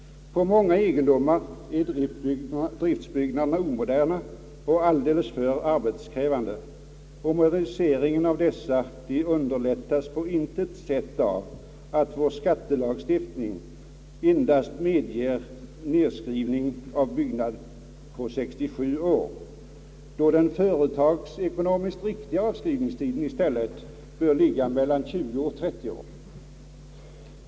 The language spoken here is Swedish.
På många egendomar är driftsbyggnaderna omoderna och alldeles för arbetskrävande, och moderniseringen av dessa underlättas på intet sätt av vår skattelagstiftning som endast medger avskrivning av byggnad på 67 år, då den företagsekonomiskt riktiga avskrivningsti den i stället bör ligga mellan 20 och 30 år.